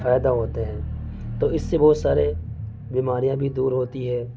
فائدہ ہوتے ہیں تو اس سے بہت سارے بیماریاں بھی دور ہوتی ہے